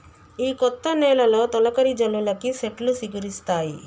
ఈ కొత్త నెలలో తొలకరి జల్లులకి సెట్లు సిగురిస్తాయి